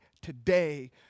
today